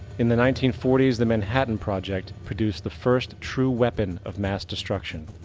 in the nineteen forty s the manhattan project produced the first true weapon of mass destruction.